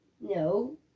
No